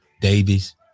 Davies